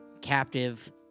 captive